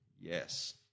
Yes